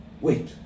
Wait